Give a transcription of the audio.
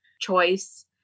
choice